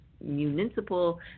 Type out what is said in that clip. municipal